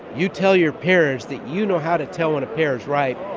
you tell your parents that you know how to tell when a pear is ripe.